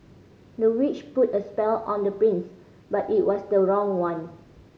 the witch put a spell on the prince but it was the wrong one